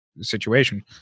situation